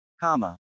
comma